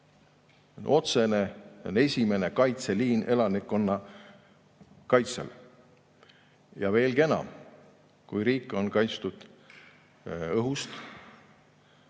otsene ja esimene kaitseliin elanikkonna kaitsmisel. Veelgi enam, kui riik on kaitstud õhust,